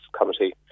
committee